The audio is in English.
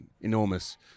enormous